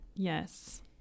Yes